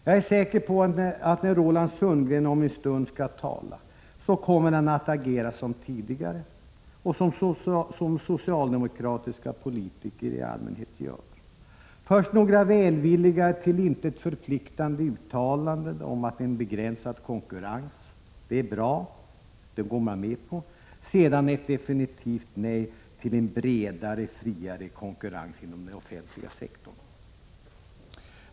Jag är säker på, att när Roland Sundgren om en stund skall tala, kommer han att agera som tidigare och som socialdemokratiska politiker i allmänhet gör: först några välvilliga till intet förpliktande uttalanden om att en begränsad konkurrens är bra, sedan ett definitivt nej till en bredare, friare konkurrens inom den offentliga sektorn.